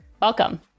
Welcome